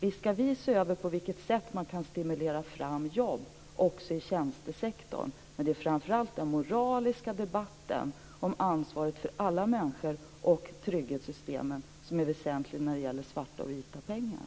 Visst skall vi se över på vilket sätt man kan stimulera fram jobb också i tjänstesektorn, men det är framför allt den moraliska debatten om ansvaret för alla människor och om trygghetssystemen som är väsentlig när det gäller svarta och vita pengar.